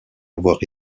avoir